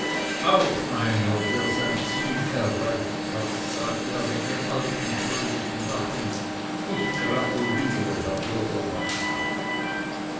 auch einer der sein ziel erreicht hat sagte er mit dem alten fröhlichen lachen ich gratuliere herr bürgermeister